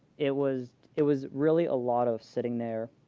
it was it was really a lot of sitting there,